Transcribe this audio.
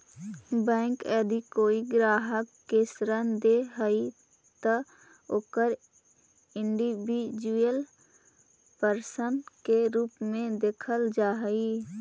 bank यदि कोई ग्राहक के ऋण दे हइ त ओकरा इंडिविजुअल पर्सन के रूप में देखल जा हइ